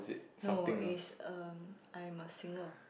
no it's uh I-Am-a-Singer